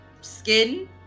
skin